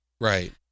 Right